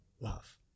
love